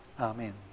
Amen